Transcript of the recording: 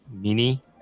mini